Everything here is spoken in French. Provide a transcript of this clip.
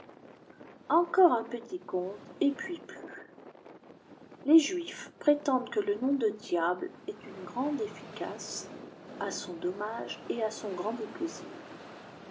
encore un petit conte et puié plus les juifs prétendent que le nom de diable est d'une grande efficace à son dommage et à son grand déplaisir